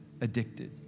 addicted